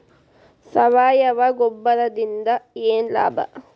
ಸಾವಯವ ಗೊಬ್ಬರದಿಂದ ಏನ್ ಲಾಭ?